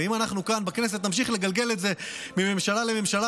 ואם אנחנו כאן בכנסת נמשיך לגלגל את זה מממשלה לממשלה